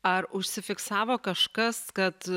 ar užsifiksavo kažkas kad